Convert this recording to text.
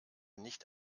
nicht